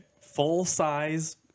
full-size